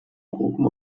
gruppen